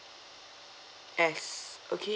S okay